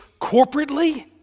corporately